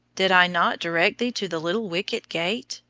did i not direct thee to the little wicket-gate?